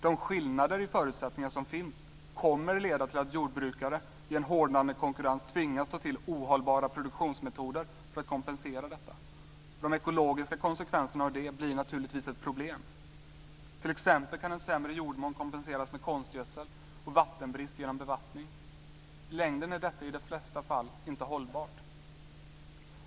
De skillnader i förutsättningar som finns kommer att leda till att jordbrukare i en hårdnande konkurrens tvingas ta till ohållbara produktionsmetoder för att kompensera detta, och de ekologiska konsekvenserna av det blir naturligtvis ett problem. T.ex. kan en sämre jordmån kompenseras med konstgödsel och vattenbrist genom bevattning. I längden är detta i de flesta fall inte hållbart.